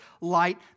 light